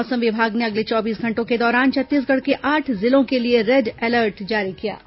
मौसम विभाग ने अगले चौबीस घंटों के दौरान छत्तीसगढ़ के आठ जिलों के लिए रेड अलर्ट जारी किया है